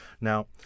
Now